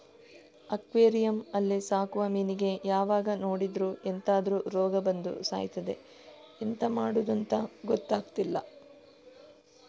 aquarium ಅಲ್ಲಿ ಸಾಕುವ ಮೀನಿಗೆ ಯಾವಾಗ ನೋಡಿದ್ರೂ ಎಂತಾದ್ರೂ ರೋಗ ಬಂದು ಸಾಯ್ತದೆ ಎಂತ ಮಾಡುದಂತ ಗೊತ್ತಾಗ್ತಿಲ್ಲ